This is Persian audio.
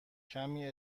کمی